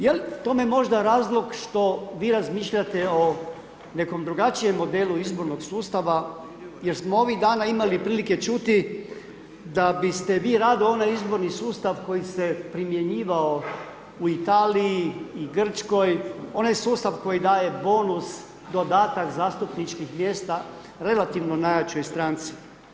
Je li tome možda razlog što vi razmišljate o nekom drugačijem modelu izbornog sustava jer smo ovih dana imali prilike čuti da biste vi rado onaj izborni sustav koji se primjenjivao u Italiji i Grčkoj, onaj sustav koji daje bonus, dodatak zastupničkih mjesta relativno najjačoj stranci?